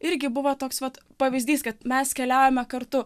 irgi buvo toks pat pavyzdys kad mes keliavome kartu